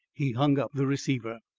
he hung up the receiver.